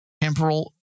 temporal